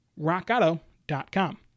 RockAuto.com